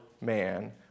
man